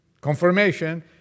confirmation